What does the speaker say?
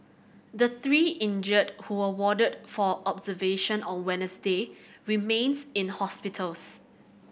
the three injured who were warded for observation on Wednesday remains in hospitals